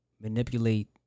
manipulate